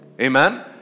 Amen